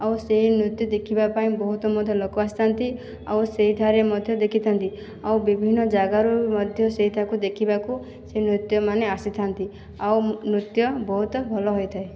ଆଉ ସେଇ ନୃତ୍ୟ ଦେଖିବା ପାଇଁ ବହୁତ ମଧ୍ୟ ଲୋକ ଆସିଥାନ୍ତି ଆଉ ସେଇଠାରେ ମଧ୍ୟ ଦେଖିଥାନ୍ତି ଆଉ ବିଭିନ୍ନ ଜାଗାରୁ ମଧ୍ୟ ସେଇଠାକୁ ଦେଖିବାକୁ ସେ ନୃତ୍ୟ ମାନେ ଆସିଥାନ୍ତି ଆଉ ନୃତ୍ୟ ବହୁତ ଭଲ ହୋଇଥାଏ